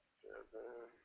seven